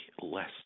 less